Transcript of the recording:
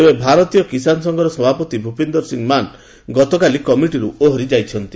ତେବେ ଭାରତୀୟ କିଷାନ ସଂଘର ସଭାପତି ଭୂପିନ୍ଦର ସିହ ମାନ ଗତକାଲି କମିଟିରୁ ଓହରି ଯାଇଛନ୍ତି